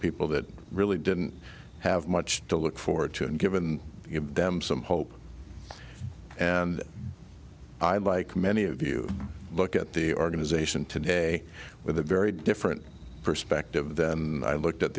people that really didn't have much to look forward to and given them some hope and i like many of you look at the organization today with a very different perspective than and i looked at